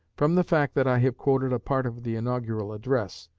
from the fact that i have quoted a part of the inaugural address,